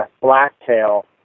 blacktail